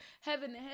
heaven